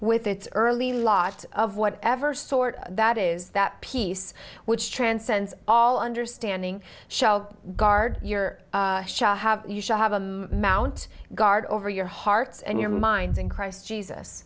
with it early lot of whatever sort that is that peace which transcends all understanding shall guard your shall have you shall have a mount guard over your hearts and your minds in christ jesus